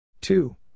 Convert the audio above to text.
two